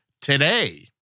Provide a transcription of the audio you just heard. today